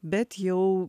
bet jau